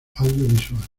audiovisual